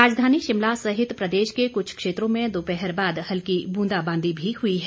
राजधानी शिमला सहित प्रदेश के कुछ क्षेत्रों में दोपहर बाद हल्की ब्रंदाबांदी भी हुई है